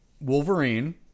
Wolverine